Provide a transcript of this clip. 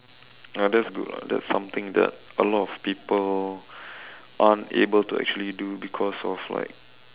ya that's good lah that's something that a lot people aren't able to actually do because like